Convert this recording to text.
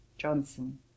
Johnson